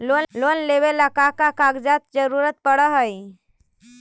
Loan लेवेला का का कागजात जरूरत पड़ हइ?